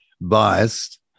biased